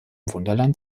wunderland